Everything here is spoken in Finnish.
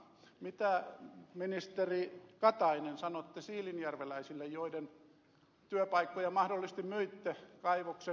mitä ministeri katainen sanotte siilinjärveläisille joiden työpaikkoja mahdollisesti myitte kaivoksen myötä